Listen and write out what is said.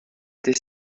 des